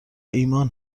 ایمان